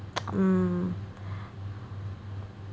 mm